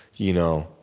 you know,